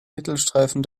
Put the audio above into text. mittelstreifen